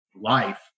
life